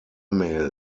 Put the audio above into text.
mail